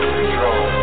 Control